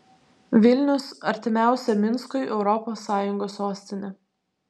vilnius artimiausia minskui europos sąjungos sostinė